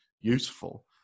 useful